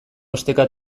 esteka